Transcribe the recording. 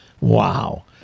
Wow